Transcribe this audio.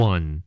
One